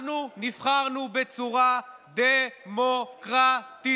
אנחנו נבחרנו בצורה דמוקרטית.